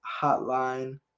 hotline